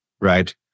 right